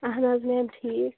اہن حظ میم ٹھیٖک